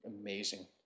amazing